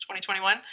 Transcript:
2021